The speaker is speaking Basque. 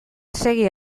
segi